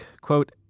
Quote